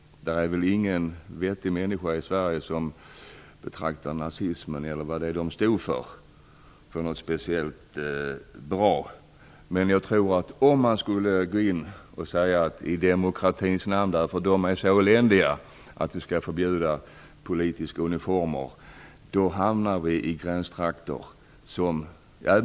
Det finns väl ingen vettig människa i Sverige som betraktar nazismen eller det den stod för som något speciellt bra. Men om man i demokratins namn skulle förbjuda politiska uniformer hamnar vi i gränstrakter.